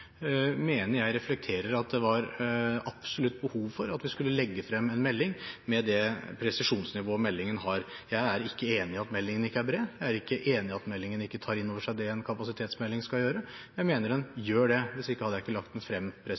mener jeg reflekterer at det absolutt var behov for at vi skulle legge frem en melding, med det presisjonsnivået meldingen har. Jeg er ikke enig i at meldingen ikke er bred. Jeg er ikke enig i at meldingen ikke tar inn over seg det en kapasitetsmelding skal gjøre. Jeg mener den gjør det – hvis ikke hadde jeg ikke lagt den frem.